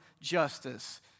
justice